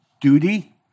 duty